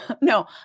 No